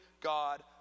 God